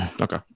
Okay